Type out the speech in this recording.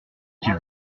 qu’il